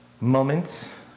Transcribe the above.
moments